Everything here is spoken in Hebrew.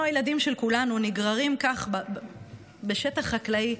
הילדים של כולנו נגררים כך בשטח חקלאי,